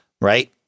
right